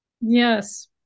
Yes